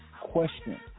question